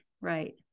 right